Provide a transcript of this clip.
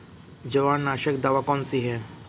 जवारनाशक दवा कौन सी है?